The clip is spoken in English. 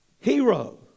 hero